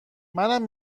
منم